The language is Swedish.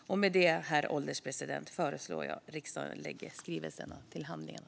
Herr ålderspresident! Jag föreslår att riksdagen lägger skrivelsen till handlingarna.